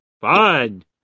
Fun